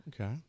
Okay